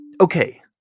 Okay